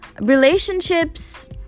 Relationships